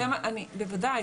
בוודאי,